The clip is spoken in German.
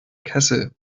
kessel